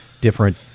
different